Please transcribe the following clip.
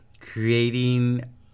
creating